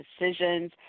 decisions